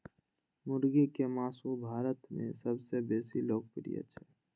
मुर्गीक मासु भारत मे सबसं बेसी लोकप्रिय छै